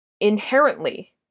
inherently